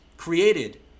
created